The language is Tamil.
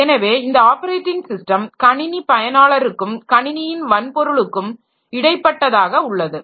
எனவே இந்த ஆப்பரேட்டிங் ஸிஸ்டம் கணினி பயனாளருக்கும் கணினியின் வன்பொருளுக்கும் இடைப்பட்டதாக உள்ளது